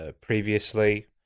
previously